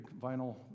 vinyl